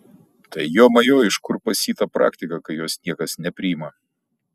tai jomajo iš kur pas jį ta praktika kai jos niekas nepriima